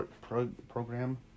program